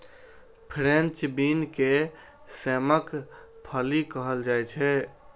French bean के सेमक फली कहल जाइ छै